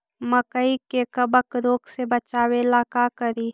मकई के कबक रोग से बचाबे ला का करि?